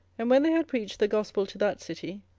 and when they had preached the gospel to that city,